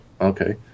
okay